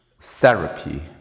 Therapy